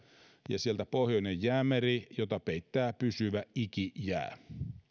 ja sieltä pohjoinen jäämeri jota peittää pysyvä ikijää